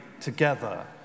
together